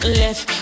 left